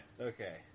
Okay